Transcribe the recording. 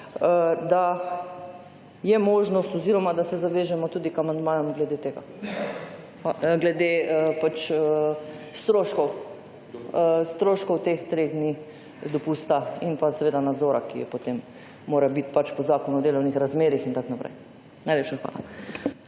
da je možnost oziroma da se zavežemo tudi k amandmajem glede pač stroškov teh treh dni dopusta in pa seveda nadzora, ki je potem, mora biti pač po Zakonu o delovnih razmerjih in tako naprej. Najlepša hvala.